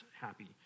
happy